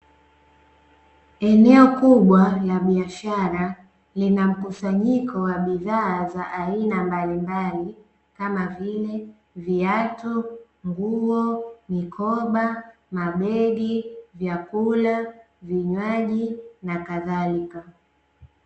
Eneo kubwa la biashara lina mkusanyiko wa bidhaa za aina mbalimbali kama vile viatu, nguo, mikoba, mabegi, vyakula, vinywaji na kadhalika.